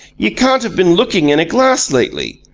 you can't have been looking in a glass lately.